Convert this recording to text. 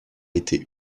été